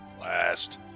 last